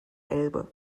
elbe